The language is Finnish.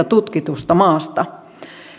tutkitusta maasta